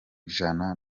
ijana